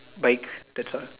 bikes that's all